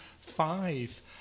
five